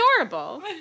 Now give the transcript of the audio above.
adorable